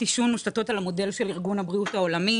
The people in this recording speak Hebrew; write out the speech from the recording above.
עישון מושתתות על המודל של ארגון הבריאות העולמי